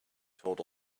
told